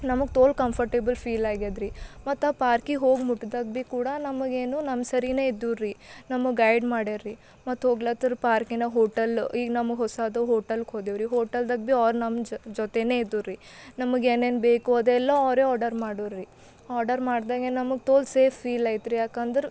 ನಮಗೆ ತೋಲ್ comfortable feel ಆಗ್ಯದ ರೀ ಮತ್ತು ಪಾರ್ಕಿಗೆ ಹೋಗಿ ಮುಟ್ದಾಗ ಬಿ ಕೂಡ ನಮಗೇನು ನಮ್ಮ ಸರಿನೇ ಇದ್ದು ರೀ ನಮಗೆ ಗೈಡ್ ಮಾಡ್ಯಾರ ರೀ ಮತ್ತು ಹೋಗ್ಲತ್ತರ ಪಾರ್ಕಿನಾಗ ಹೋಟೆಲ್ಲ ಈಗ ನಮಗೆ ಹೊಸದು ಹೋಟೆಲ್ಕ್ಕ ಹೋದೇವ್ರಿ ಹೋಟೆಲ್ದಾಗ ಬಿ ಓರ್ ನಮ್ಮ ಜೊತೆನೇ ಇದ್ದು ರೀ ನಮಗೆ ಏನೇನು ಬೇಕು ಅದೆಲ್ಲ ಔರೆ ಆರ್ಡರ್ ಮಾಡೋರ್ ರೀ ಆರ್ಡರ್ ಮಾಡ್ದಾಗೆ ನಮಗೆ ತೋಲ್ ಸೇಫ್ ಫೀಲ್ ಐತ್ ರೀ ಯಾಕಂದ್ರ